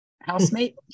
housemate